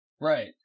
Right